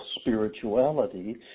spirituality